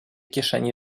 kieszeni